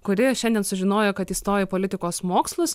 kuri šiandien sužinojo kad įstojo į politikos mokslus